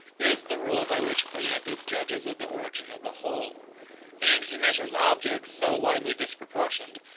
is the rule by which cleanthes judges of the origin of the whole and he measures objects, so widely disproportioned,